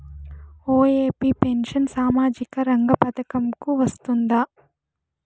OAP pension సామాజిక రంగ పథకం కు వస్తుందా?